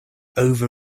over